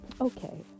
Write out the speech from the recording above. okay